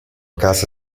casa